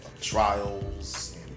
trials